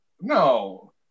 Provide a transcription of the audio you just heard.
No